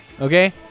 Okay